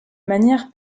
manière